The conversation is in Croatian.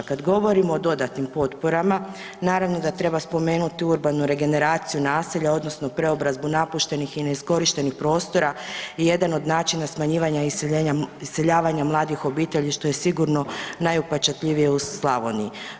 Kada govorimo o dodatnim potporama naravno da treba spomenuti urbanu regeneraciju naselja odnosno preobrazbu napuštenih i neiskorištenih prostora i jedan od načina smanjivanja iseljavanja mladih obitelji što je sigurno najupečatljivije u Slavoniji.